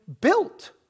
built